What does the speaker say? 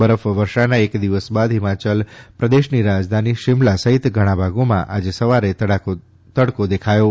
બરફવર્ષાના એક દિવસ બાદ હિમાચલ પ્રદેશની રાજધાની શમિલા સહિત ઘણા ભાગોમાં આજે સવારે તડકો દેખાયો